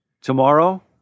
Tomorrow